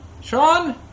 Sean